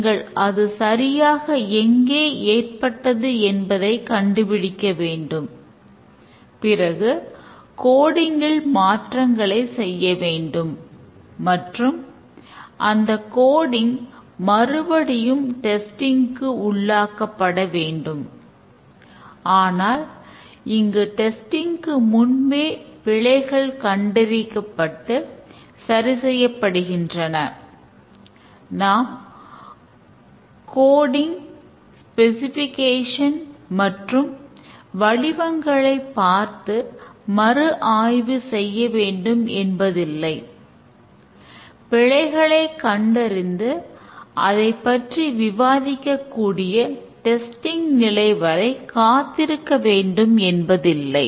நீங்கள் டெஸ்டிங்க்கு நிலை வரை காத்திருக்க வேண்டும் என்பதில்லை